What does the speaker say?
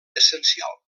essencial